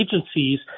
agencies